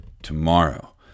Tomorrow